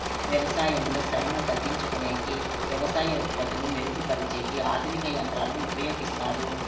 వ్యవసాయంలో శ్రమను తగ్గించుకొనేకి వ్యవసాయ ఉత్పత్తులు మెరుగు పరిచేకి ఆధునిక యంత్రాలను ఉపయోగిస్తారు